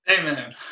Amen